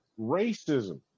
racism